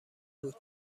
بود